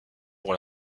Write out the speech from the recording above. pour